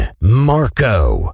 Marco